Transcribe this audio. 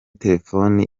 telefoni